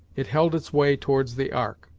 it held its way towards the ark.